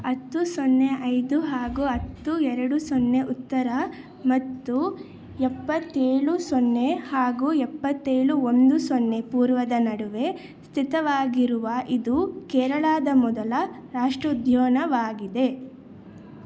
ಹತ್ತು ಸೊನ್ನೆ ಐದು ಹಾಗೂ ಹತ್ತು ಎರಡು ಸೊನ್ನೆ ಉತ್ತರ ಮತ್ತು ಎಪ್ಪತ್ತೇಳು ಸೊನ್ನೆ ಹಾಗೂ ಎಪ್ಪತ್ತೇಳು ಒಂದು ಸೊನ್ನೆ ಪೂರ್ವದ ನಡುವೆ ಸ್ಥಿತವಾಗಿರುವ ಇದು ಕೇರಳದ ಮೊದಲ ರಾಷ್ಟ್ರೋದ್ಯಾನವಾಗಿದೆ